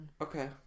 Okay